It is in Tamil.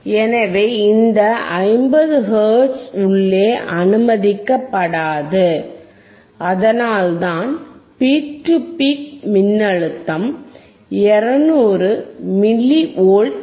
எனவே இந்த 50 ஹெர்ட்ஸ் உள்ளே அனுமதிக்கப்படாது அதனால்தான் பீக் டு பீக் மின்னழுத்தம் 200 மில்லி வோல்ட் ஆகும்